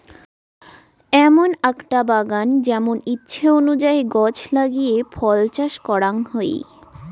এমন আকটা বাগান যেমন ইচ্ছে অনুযায়ী গছ লাগিয়ে ফল চাষ করাং হই